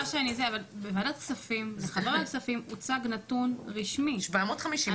בוועדת כספים הוצג נתון רשמי -- 750 מיליון שקל.